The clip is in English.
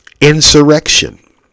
insurrection